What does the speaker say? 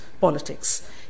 politics